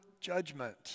judgment